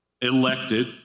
elected